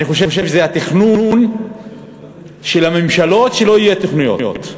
אני חושב שזה התכנון של הממשלות שלא יהיו תוכניות,